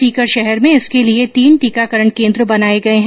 सीकर शहर में इसके लिए तीन टीकाकरण केन्द्र बनाए गए है